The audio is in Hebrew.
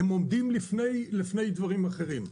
הם עומדים לפני דברים אחרים.